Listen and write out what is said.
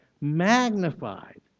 magnified